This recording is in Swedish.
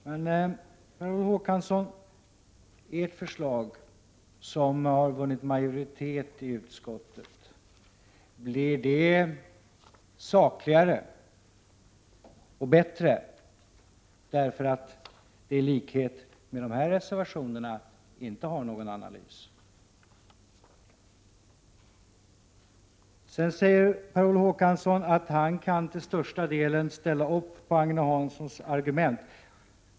Men, Per Olof Håkansson, blir det förslag som har vunnit majoritet i utskottet sakligare och bättre därför att det i likhet med de här reservationerna inte har någon analys? Sedan säger Per Olof Håkansson att han kan till största delen ställa upp på Agne Hanssons argument.